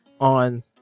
on